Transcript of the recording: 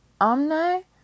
Omni